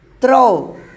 Throw